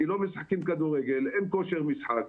כי לא משחקים כדורגל ואין כושר משחק.